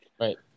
right